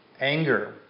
anger